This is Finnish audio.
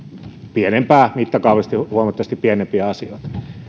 mittakaavallisesti huomattavasti pienempiä asioita